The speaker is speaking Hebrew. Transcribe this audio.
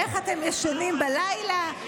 איך אתם ישנים בלילה?